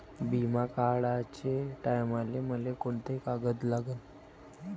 बिमा काढाचे टायमाले मले कोंते कागद लागन?